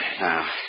Now